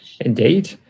Indeed